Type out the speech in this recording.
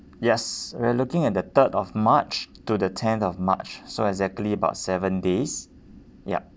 yes we're looking at the third of march to the tenth of march so exactly about seven days ya